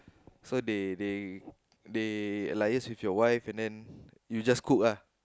so they they they liaise with your wife and then you just cook ah